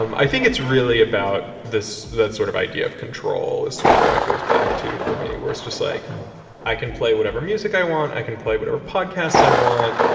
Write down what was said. um i think it's really about this. that sort of idea of control is sort of what it goes back to for me, where it's just like i can play whatever music i want. i can play whatever podcasts i want.